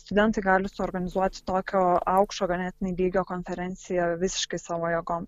studentai gali suorganizuoti tokio aukšto ganėtinai lygio konferenciją visiškai savo jėgom